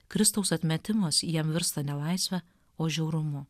kristaus atmetimas jam virsta ne laisve o žiaurumu